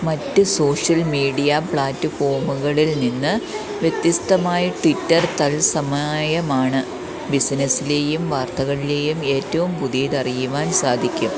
മറ്റ് social media പ്ലാറ്റ്ഫോമുകളിൽ നിന്ന് വ്യത്യസ്തമായി ട്വിറ്റർ തത്സമായമാണ് ബിസിനസ്സിലെയും വാർത്തകളിലെയും ഏറ്റവും പുതിയത് അറിയുവാൻ സാധിക്കും